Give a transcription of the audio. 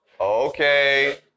Okay